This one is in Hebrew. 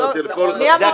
נתתי לכל --- לא כולל אותך.